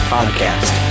Podcast